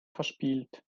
verspielt